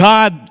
God